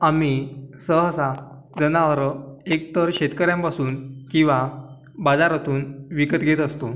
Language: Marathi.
आम्ही सहसा जनावरं एक तर शेतकऱ्यांपासून किंवा बाजारातून विकत घेत असतो